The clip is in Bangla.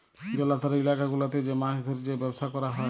জলাধার ইলাকা গুলাতে যে মাছ ধ্যরে যে ব্যবসা ক্যরা হ্যয়